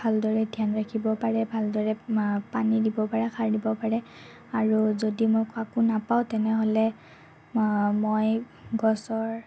ভাল দৰে ধ্যান ৰাখিব পাৰে ভালদৰে পানী দিব পাৰে সাৰ দিব পাৰে আৰু যদি মই কাকো নাপাওঁ তেনেহ'লে মই গছৰ